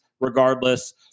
regardless